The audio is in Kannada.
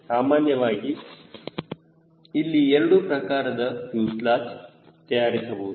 ಸಾಮಾನ್ಯವಾಗಿ ಇಲ್ಲಿ ಎರಡು ಪ್ರಕಾರದ ಫ್ಯೂಸೆಲಾಜ್ ತಯಾರಿಸಬಹುದು